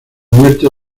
muerte